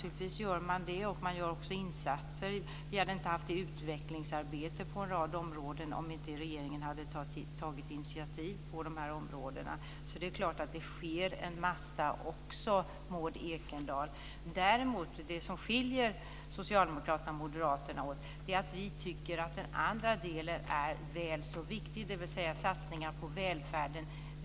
Men regeringen gör naturligtvis det, och den gör också insatser. Vi hade inte haft det utvecklingsarbete vi har på en rad områden om inte regeringen hade tagit initiativ. Det sker alltså en massa också, Maud Ekendahl. Det som skiljer Socialdemokraterna och Moderaterna åt är att vi tycker att den andra delen, dvs. satsningar på välfärden, är väl så viktig.